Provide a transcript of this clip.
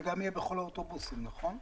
זה גם יהיה בכל האוטובוסים, נכון?